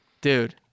Dude